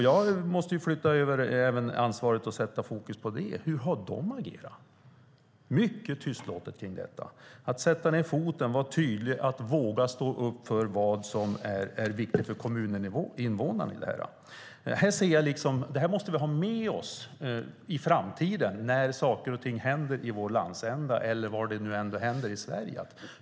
Jag måste flytta över ansvaret och sätta fokus på dem. Hur har de agerat? Det har varit mycket tystlåtet. Det handlar om att sätta ned foten, vara tydlig och våga stå upp för vad som är viktigt för kommuninvånarna. Dessa tankar måste vi ha med oss i framtiden när saker och ting händer i vår landsända eller var det än händer i Sverige.